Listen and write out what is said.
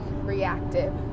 reactive